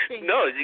No